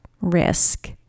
risk